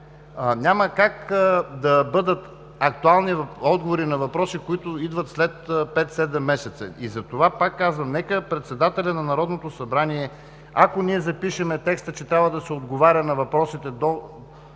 Няма как да бъдат актуални отговори на въпроси, които идват след пет-седем месеца. Затова пак казвам, нека председателят на Народното събрание, ако ние запишем текста, че трябва да се отговаря на въпросите до